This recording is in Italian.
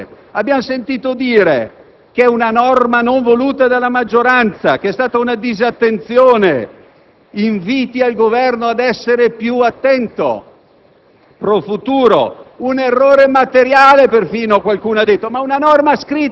L'obiettivo era chiarissimo e lo ha smascherato un senatore della maggioranza: accorciare i tempi della prescrizione. Punto. Basta. Non è stato un errore.